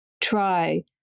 try